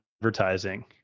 advertising